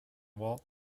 walton